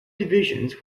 divisions